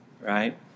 right